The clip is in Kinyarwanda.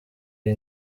iyi